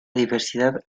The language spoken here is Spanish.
diversidad